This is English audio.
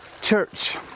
Church